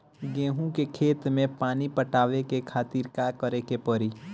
गेहूँ के खेत मे पानी पटावे के खातीर का करे के परी?